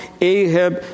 Ahab